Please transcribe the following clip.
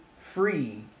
free